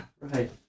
Right